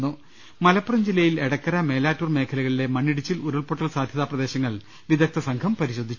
്്്്്്്് മലപ്പുറം ജില്ലയിൽ എടക്കര മേലാറ്റൂർ മേഖലകളിലെ മണ്ണിടിച്ചിൽ ഉരുൾപൊട്ടൽ സാധ്യതാ പ്രദേശങ്ങൾ വിദഗദ്ധസംഘം പരിശോധിച്ചു